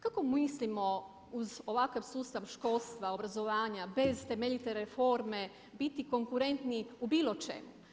Kako mislimo uz ovakav sustav školstva, obrazovanja bez temeljite reforme biti konkurentni u bilo čemu?